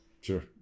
Sure